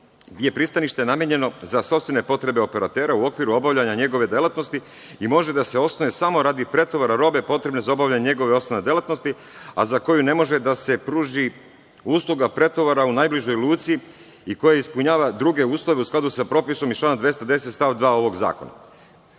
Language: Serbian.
je pristanište namenjeno za sopstvene potrebe operatera u okviru obavljanja njegove delatnosti i može da se osnuje samo radi pretovara robe potrebne za obavljanje njegove osnovne delatnosti, a za koju ne može da se pruži usluga pretovara u najbližoj luci i koje ispunjava druge uslove u skladu sa propisom iz člana 210. stav 2. ovog zakona. Verujte